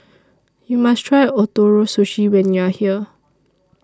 YOU must Try Ootoro Sushi when YOU Are here